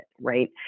right